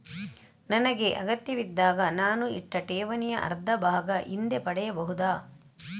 ನನಗೆ ಅಗತ್ಯವಿದ್ದಾಗ ನಾನು ಇಟ್ಟ ಠೇವಣಿಯ ಅರ್ಧಭಾಗ ಹಿಂದೆ ಪಡೆಯಬಹುದಾ?